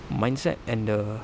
mindset and the